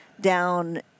down